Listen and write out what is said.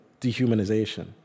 dehumanization